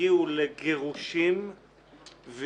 שהגיעו לגירושים,